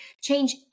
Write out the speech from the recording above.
change